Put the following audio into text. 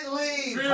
leave